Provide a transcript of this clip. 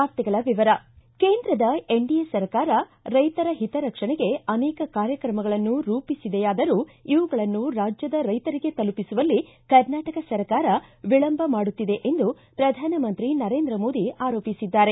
ವಾರ್ತೆಗಳ ವಿವರ ಕೇಂದ್ರದ ಎನ್ಡಿಎ ಸರ್ಕಾರ ರೈತರ ಹಿತರಕ್ಷಣೆಗೆ ಅನೇಕ ಕಾರ್ಯಕ್ರಮಗಳನ್ನು ರೂಪಿಸಿದೆಯಾದರೂ ಇವುಗಳನ್ನು ರಾಜ್ಞದ ರೈತರಿಗೆ ತಲುಪಿಸುವಲ್ಲಿ ಕರ್ನಾಟಕ ಸರ್ಕಾರ ವಿಳಂಬ ಮಾಡುತ್ತಿದೆ ಎಂದು ಪ್ರಧಾನಮಂತ್ರಿ ನರೇಂದ್ರ ಮೋದಿ ಆರೋಪಿಸಿದ್ದಾರೆ